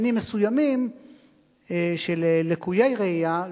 סימנים מסוימים שללקויי ראייה,